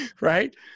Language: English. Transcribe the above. right